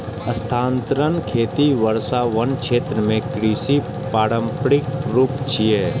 स्थानांतरण खेती वर्षावन क्षेत्र मे कृषिक पारंपरिक रूप छियै